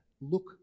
Look